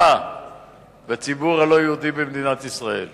לתמיכה בציבור הלא-יהודי במדינת ישראל